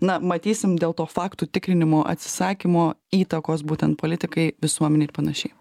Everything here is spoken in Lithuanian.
na matysim dėl to faktų tikrinimo atsisakymo įtakos būtent politikai visuomenei ir pananšiai